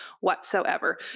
whatsoever